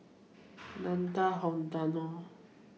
Nathan Hartono